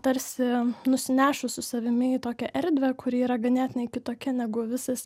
tarsi nusinešus su savimi į tokią erdvę kuri yra ganėtinai kitokia negu visas